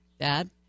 Dad